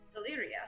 Deliria